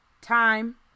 time